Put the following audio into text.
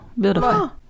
beautiful